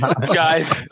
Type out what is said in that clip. guys